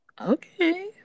Okay